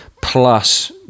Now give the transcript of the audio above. plus